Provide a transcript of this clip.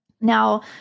Now